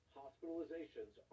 hospitalizations